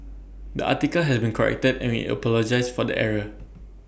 the article has been corrected and we apologise for the error